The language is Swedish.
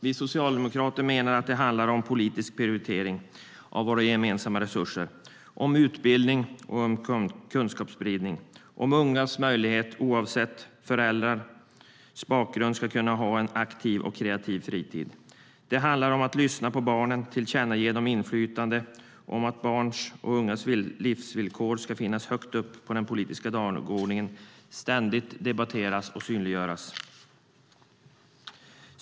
Vi socialdemokrater menar att det handlar om politisk prioritering av våra gemensamma resurser, om utbildning och om kunskapsspridning, om ungas möjligheter oavsett föräldrars bakgrund att kunna ha en aktiv och kreativ fritid. Det handlar om att lyssna på barnen och ge dem inflytande, om att barns och ungas livsvillkor ska finnas högt upp på den politiska dagordningen och ständigt debatteras och synliggöras.